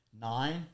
nine